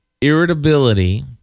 irritability